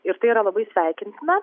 ir tai yra labai sveikintina